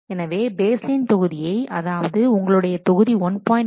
எனவே பேஸ்லைன் தொகுதியை அதாவது உங்களுடைய தொகுதி 1